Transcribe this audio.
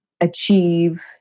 achieve